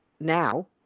now